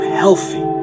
healthy